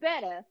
better